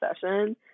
session